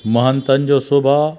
महंतनि जो सुभाउ